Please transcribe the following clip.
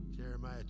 Jeremiah